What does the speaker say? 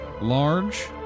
large